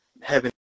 heaven